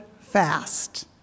fast